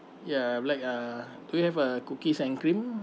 ya I would like uh do you have uh cookies and cream